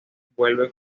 vuelve